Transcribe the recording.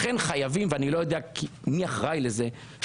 אני לא יודע מי אחראי לזה אבל חייבים